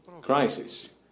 crisis